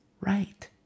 right